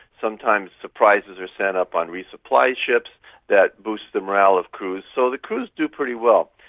sometimes surprises are sent up on resupply ships that boost the morale of crews. so the crews do pretty well.